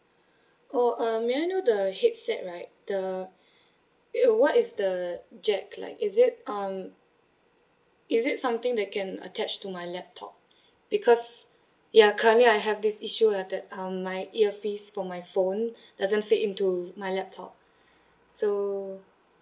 oh um may I know the headset right the what is the jack like is it um is it something that can attach to my laptop because ya currently I have this issue that um my earpiece for my phone doesn't fit into my laptop so